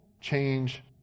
change